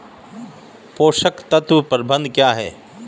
पोषक तत्व प्रबंधन क्या है?